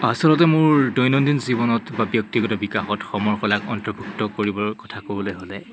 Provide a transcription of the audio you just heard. আচলতে মোৰ দৈনন্দিন জীৱনত বা ব্যক্তিগত বিকাশত সমৰকলাক অন্তৰ্ভুক্ত কৰিবৰ কথা ক'বলে হ'লে